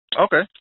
okay